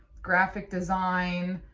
graphic design,